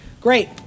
Great